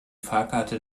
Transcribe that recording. fahrkarte